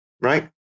right